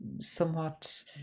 somewhat